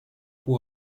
pour